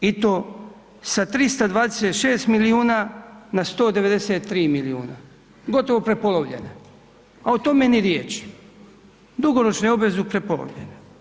I to sa 326 milijuna na 193 milijuna, gotovo prepolovljene a o tome ni riječi, dugoročne obveze su prepolovljene.